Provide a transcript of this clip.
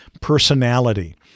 personality